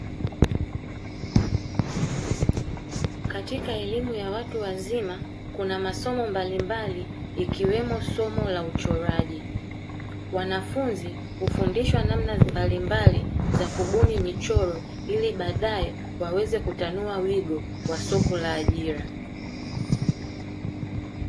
Katika elimu ya watu wazima kuna masomo mbalimbali, ikiwemo somo la uchoraji; wanafunzi hufundishwa namna mbalimbali za kubuni michoro ili baadae waweze kutanua wigo wa soko la ajira.